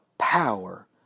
power